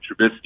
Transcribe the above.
Trubisky